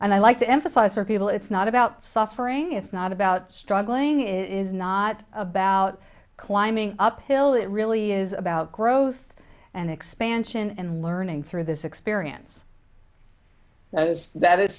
and i like to emphasize for people it's not about suffering it's not about struggling it is not about climbing up hill it really is about growth and expansion and learning through this experience knows that i